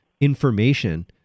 information